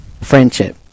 friendship